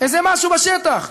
איזה משהו בשטח.